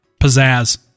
pizzazz